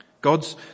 God's